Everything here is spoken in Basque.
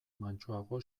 mantsoago